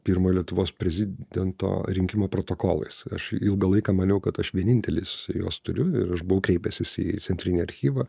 pirmo lietuvos prezidento rinkimų protokolais aš ilgą laiką maniau kad aš vienintelis juos turiu ir aš buvau kreipęsis į centrinį archyvą